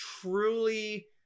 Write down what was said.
truly